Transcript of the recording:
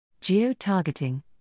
Geo-targeting